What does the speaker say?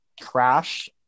crash